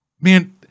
Man